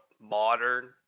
modern